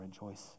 rejoice